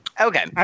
Okay